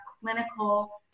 clinical